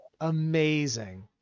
Amazing